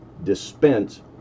dispense